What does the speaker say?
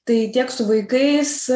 tai tiek su vaikais